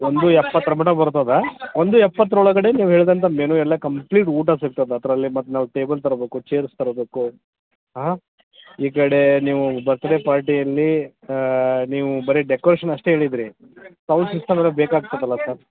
ಒಂದು ಎಪ್ಪತ್ತರ ಮಟ ಬರ್ತದೆ ಒಂದು ಎಪ್ಪತ್ತರ ಒಳಗಡೆ ನೀವು ಹೇಳ್ದಂತ ಮೆನು ಎಲ್ಲ ಕಂಪ್ಲೀಟ್ ಊಟ ಸಿಕ್ತದೆ ಅದರಲ್ಲಿ ಮತ್ತೆ ನಾವು ಟೇಬಲ್ ತರಬೇಕು ಚೇರ್ಸ್ ತರಬೇಕು ಹಾಂ ಈ ಕಡೆ ನೀವು ಬರ್ತಡೆ ಪಾರ್ಟಿಯಲ್ಲಿ ನೀವು ಬರಿ ಡೆಕೊರೇಷನ್ ಅಷ್ಟೆ ಹೇಳಿದ್ರಿ ಸೌಂಡ್ ಸಿಸ್ಟಮ್ ಎಲ್ಲ ಬೇಕಾಗ್ತದಲ್ಲ ಸರ್